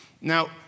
Now